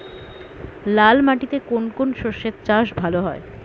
লাল মাটিতে কোন কোন শস্যের চাষ ভালো হয়?